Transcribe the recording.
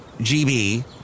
GB